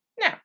now